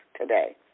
today